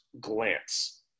glance